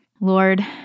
Lord